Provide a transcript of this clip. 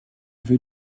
veux